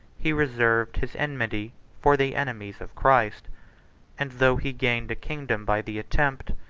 he reserved his enmity for the enemies of christ and though he gained a kingdom by the attempt,